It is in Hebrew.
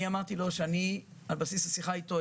אני אמרתי לו שעל בסיס השיחה אתו,